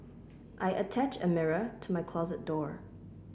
I attached a mirror to my closet door